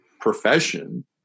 profession